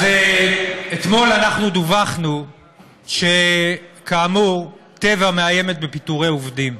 אז אתמול אנחנו דווחנו שכאמור טבע מאיימת בפיטורי עובדים,